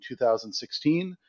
2016